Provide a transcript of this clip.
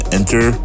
Enter